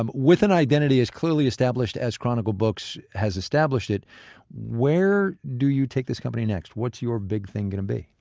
um with an identity as clearly established as chronicle books has established, where do you take this company next? what's your big thing going to be?